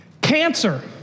Cancer